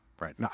Right